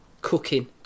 cooking